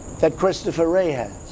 that christopher wray has!